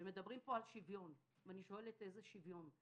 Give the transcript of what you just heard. - ומדברים פה על שוויון, אני שואלת איזה שוויון?